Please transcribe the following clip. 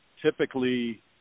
typically